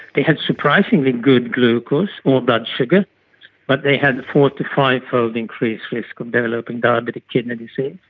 they had surprisingly good glucose or blood sugar but they had a forty five fold increase risk of developing diabetic kidney disease.